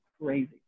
crazy